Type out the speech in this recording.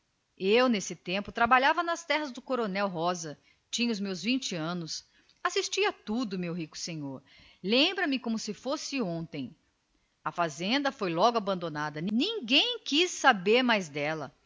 eu nesse tempo trabalhava nas terras do coronel rosa tinha os meus vinte anos e ainda estava solteiro assisti a tudo meu rico senhor lembra-me como se fosse ontem a fazenda essa foi logo abandonada ninguém quis saber mais dela